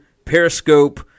periscope